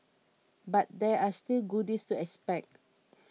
but there are still goodies to expect